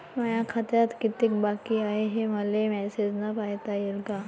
माया खात्यात कितीक बाकी हाय, हे मले मेसेजन पायता येईन का?